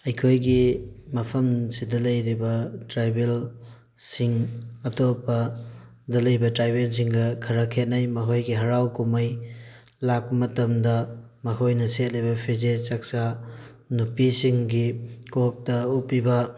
ꯑꯩꯈꯣꯏꯒꯤ ꯃꯐꯝꯁꯤꯗ ꯂꯩꯔꯤꯕ ꯇ꯭ꯔꯥꯏꯕꯦꯜꯁꯤꯡ ꯑꯇꯣꯞꯄꯗ ꯂꯩꯕ ꯇ꯭ꯔꯥꯏꯕꯦꯜꯁꯤꯡꯒ ꯈꯔ ꯈꯦꯠꯅꯩ ꯃꯈꯣꯏꯒꯤ ꯍꯔꯥꯎ ꯀꯨꯝꯍꯩ ꯂꯥꯛꯄ ꯃꯇꯝꯗ ꯃꯈꯣꯏꯅ ꯁꯦꯠꯂꯤꯕ ꯐꯤꯖꯦꯠ ꯆꯥꯛꯆꯥ ꯅꯨꯄꯤꯁꯤꯡꯒꯤ ꯀꯣꯛꯇ ꯎꯞꯄꯤꯕ